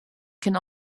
can